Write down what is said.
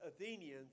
Athenians